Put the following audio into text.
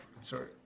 sorry